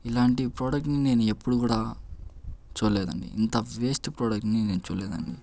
ఇలాంటి ప్రోడక్ట్ని నేను ఎప్పుడు కూడా చూడలేదండి ఇంత వేస్ట్ ప్రోడక్ట్ని నేను చూడలేదండి